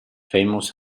famous